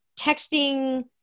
texting